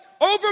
over